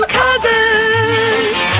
cousins